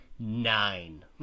nine